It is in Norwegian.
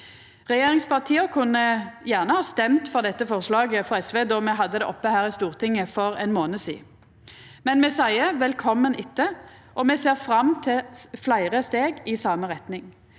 Regjeringspartia kunne gjerne ha stemt for dette forslaget frå SV då me hadde det oppe her i Stortinget for ein månad sidan, men me seier velkomen etter. Me ser òg fram til fleire steg i same retning.